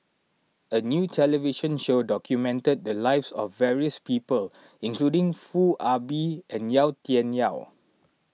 a new television show documented the lives of various people including Foo Ah Bee and Yau Tian Yau